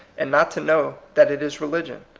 and not to know that it is religion.